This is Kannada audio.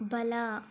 ಬಲ